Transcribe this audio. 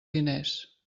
diners